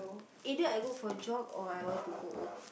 either I go for a jog or I want to go O